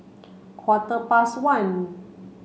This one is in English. quarter past one